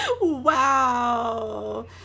wow